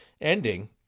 ending